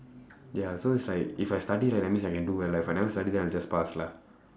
ya so it's like if I study right that means I can do well if I never study then I'll just pass lah